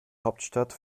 hauptstadt